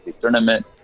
tournament